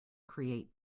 create